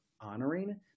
honoring